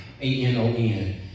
A-N-O-N